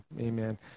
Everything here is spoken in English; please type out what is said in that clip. Amen